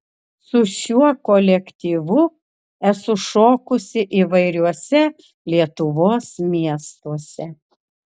su šiuo kolektyvu esu šokusi įvairiuose lietuvos miestuose